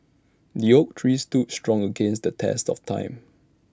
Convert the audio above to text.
the oak tree stood strong against the test of time